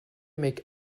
make